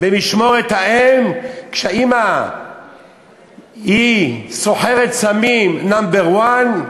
במשמורת האם, כשהאימא היא סוחרת סמים number 1,